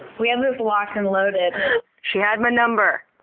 we have this locked and loaded she had my number!